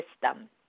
system